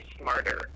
smarter